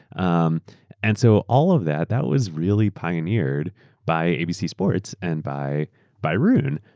um and so all of that that was really pioneered by abc sports and by by roone.